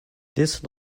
this